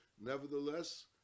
Nevertheless